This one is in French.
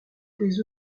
tes